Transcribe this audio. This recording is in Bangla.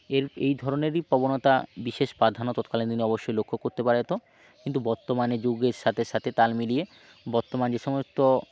এর এই ধরনেরই প্রবণতা বিশেষ প্রাধান্য তৎকালীন দিনে অবশ্যই লক্ষ্য করতে পারা যেত কিন্তু বর্তমানে যুগের সাথে সাথে তাল মিলিয়ে বর্তমানে যে সমস্ত